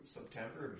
September